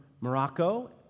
Morocco